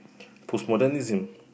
Postmodernism